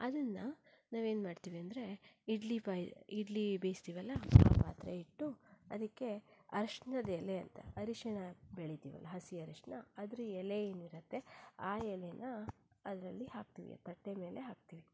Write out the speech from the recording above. ಅದನ್ನ ನಾವೇನ್ಮಾಡ್ತೀವಿ ಅಂದರೆ ಇಡ್ಲಿ ಬಾಯ್ ಇಡ್ಲಿ ಬೇಯಿಸ್ತೀವಲ್ಲ ಆ ಪಾತ್ರೆ ಇಟ್ಟು ಅದಕ್ಕೆ ಅರಶಿನದೆಲೆ ಅಂತ ಅರಶಿನ ಬೆಳಿತೀವಲ್ಲ ಹಸಿ ಅರಶಿನ ಅದರ ಎಲೆ ಏನಿರತ್ತೆ ಆ ಎಲೆನ ಅದರಲ್ಲಿ ಹಾಕ್ತೀವಿ ತಟ್ಟೆ ಮೇಲೆ ಹಾಕ್ತೀವಿ